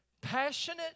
passionate